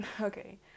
okay